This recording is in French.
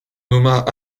nomma